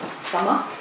summer